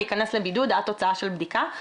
להיכנס לבידוד עד תוצאה של בדיקה,